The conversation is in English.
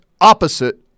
opposite